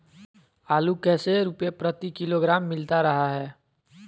आलू कैसे रुपए प्रति किलोग्राम मिलता रहा है?